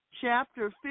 chapter